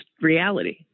reality